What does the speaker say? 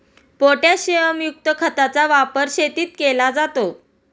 पोटॅशियमयुक्त खताचा वापर शेतीत केला जातो